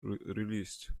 released